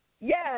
Yes